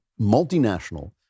multinational